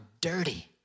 dirty